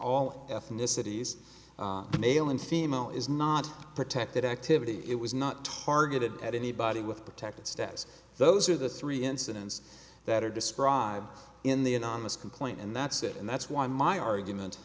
all ethnicities male and female is not protected activity it was not targeted at anybody with protected status those are the three incidents that are described in the anonymous complaint and that's it and that's why my argument